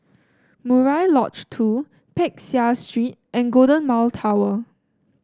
Murai Lodge Two Peck Seah Street and Golden Mile Tower